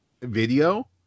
video